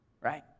right